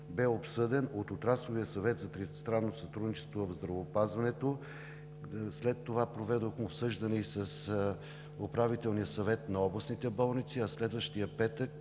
бе обсъден от Отрасловия съвет за тристранно сътрудничество в здравеопазването. След това проведохме обсъждане и с Управителния съвет на областните болници, а следващия петък